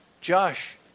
Josh